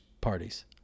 parties